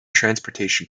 transportation